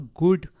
good